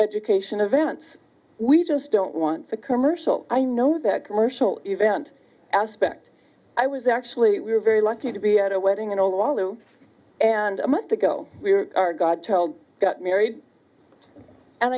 education events we just don't want the commercial i know that commercial event aspect i was actually we were very lucky to be at a wedding and although and a month ago our god child got married and